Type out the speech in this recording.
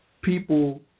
people